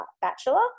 bachelor